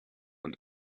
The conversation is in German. und